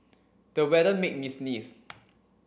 the weather made me sneeze